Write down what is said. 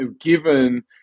given